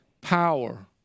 power